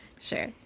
Sure